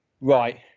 Right